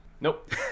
Nope